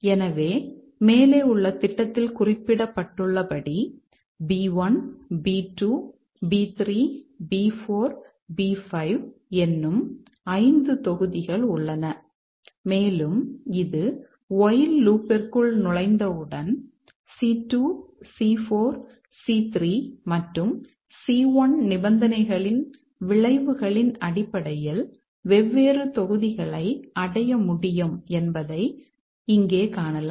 எனவே மேலே உள்ள திட்டத்தில் குறிப்பிடப்பட்டுள்ளபடி B1 B2 B3 B4 B5 எண்ணம் 5 தொகுதிகள் உள்ளன மேலும் இது வொயில் லூப் ற்குள் நுழைந்தவுடன் C2 C4 C3 மற்றும் C1 நிபந்தனைகளின் விளைவுகளின் அடிப்படையில் வெவ்வேறு தொகுதிகளை அடைய முடியும் என்பதை இங்கே காணலாம்